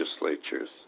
legislatures